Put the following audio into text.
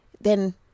then-